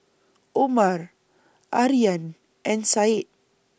Omar Aryan and Said